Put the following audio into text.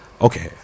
okay